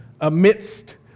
amidst